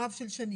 רב של שנים.